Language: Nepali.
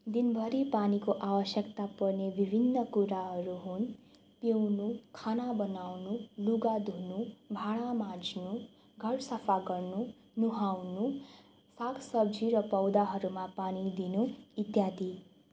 दिनभरि पानीको आवश्यकता पर्ने विभिन्न कुराहरू हुन् पिउनु खाना बनाउनु लुगा धुनु भाँडा माझ्नु घर सफा गर्नु नुहाउनु सागसब्जीहरू र पौधाहरूमा पानी दिनु इत्यादि